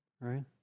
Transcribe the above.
right